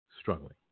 struggling